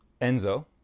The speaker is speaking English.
Enzo